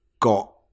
got